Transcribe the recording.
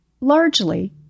Largely